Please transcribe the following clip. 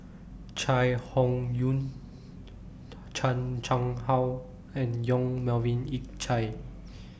Chai Hon Yoong Chan Chang How and Yong Melvin Yik Chye